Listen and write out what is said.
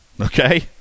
Okay